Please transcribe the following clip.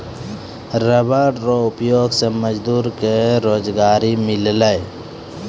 rubber रो उपयोग से मजदूर के रोजगारी मिललै